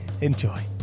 Enjoy